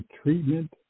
treatment